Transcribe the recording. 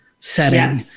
setting